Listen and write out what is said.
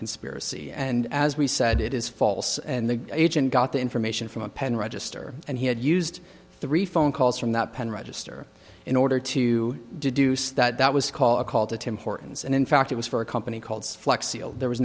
conspiracy and as we said it is false and the agent got the information from a pen register and he had used three phone calls from that pen register in order to deduce that that was call a call to tim hortons and in fact it was for a company called flexi there was